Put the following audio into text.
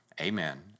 amen